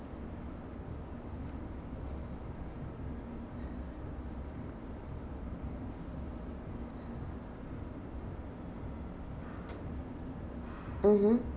mmhmm